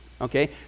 okay